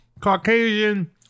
Caucasian